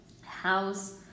house